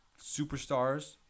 superstars